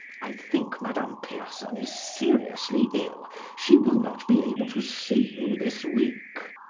i think madame pierson is seriously ill she will not be able to see you this week.